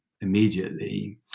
immediately